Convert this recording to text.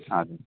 हजुर